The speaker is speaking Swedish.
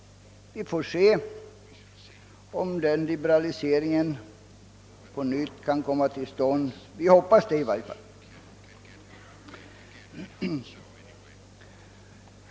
Vi får se om den liberaliseringen på nytt kan komma till stånd — i varje fall hoppas vi det.